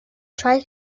try